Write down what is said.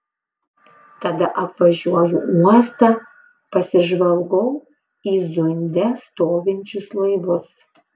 tada apvažiuoju uostą pasižvalgau į zunde stovinčius laivus